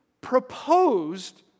proposed